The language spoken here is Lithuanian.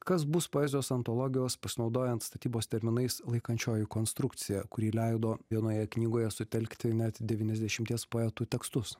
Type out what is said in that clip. kas bus poezijos antologijos pasinaudojant statybos terminais laikančioji konstrukcija kuri leido vienoje knygoje sutelkti net devynesdešimties poetų tekstus